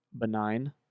benign